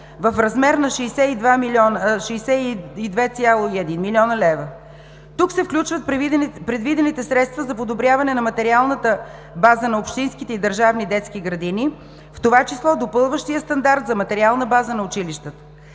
в размер на 62,1 млн. лв. Тук се включват предвидените средства за подобряване на материалната база на общинските и държавни детски градини, в това число допълващия стандарт за материална база на училищата.